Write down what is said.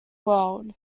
world